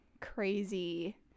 crazy